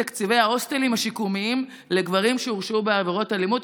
תקציבי ההוסטלים השיקומיים לגברים שהורשעו בעבירות אלימות.